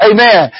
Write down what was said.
Amen